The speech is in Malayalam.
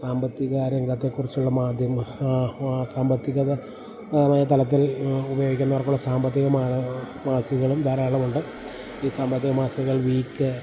സാമ്പത്തിക രംഗത്തെക്കുറിച്ചുള്ള മാധ്യമം സാമ്പത്തികത മായ തലത്തിൽ ഉപയോഗിക്കുന്നവർക്കുള്ള സാമ്പത്തിക മാന മാസികകളും ധാരാളമുണ്ട് ഈ സാമ്പത്തിക മാസികകൾ വീക്ക്